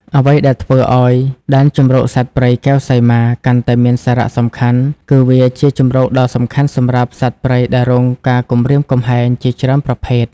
អ្វីដែលធ្វើឲ្យដែនជម្រកសត្វព្រៃកែវសីមាកាន់តែមានសារៈសំខាន់ គឺវាជាជម្រកដ៏សំខាន់សម្រាប់ សត្វព្រៃដែលរងការគំរាមកំហែង ជាច្រើនប្រភេទ។